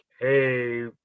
hey